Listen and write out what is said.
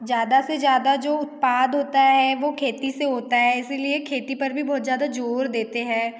ज़्यादा से ज़्यादा जो उत्पाद होता है वो खेती से होता है इसी लिए खेती पर भी बहुत ज़्यादा ज़ोर देते हैं